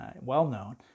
well-known